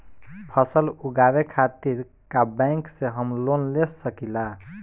फसल उगावे खतिर का बैंक से हम लोन ले सकीला?